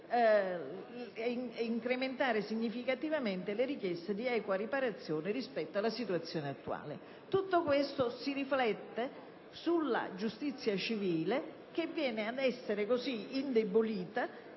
incrementare significativamente le richieste di equa riparazione rispetto alla situazione attuale. Tutto questo si riflette sulla giustizia civile, che viene ad essere così indebolita,